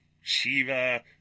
Shiva